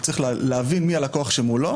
הוא צריך להבין מי הלקוח שמולו,